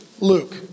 Luke